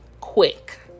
Quick